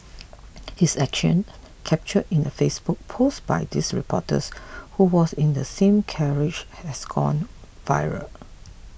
his action captured in a Facebook post by this reporters who was in the same carriage has gone viral